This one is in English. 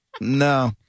No